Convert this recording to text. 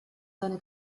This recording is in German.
seine